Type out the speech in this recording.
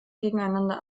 gegeneinander